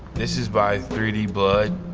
this is by three but